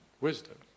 wisdom